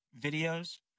videos